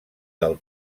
del